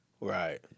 Right